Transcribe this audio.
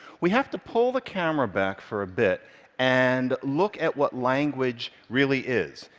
we have to pull the camera back for a bit and look at what language really is,